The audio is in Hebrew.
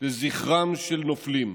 לזכרם של הנופלים.